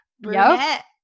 Brunette